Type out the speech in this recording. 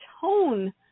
tone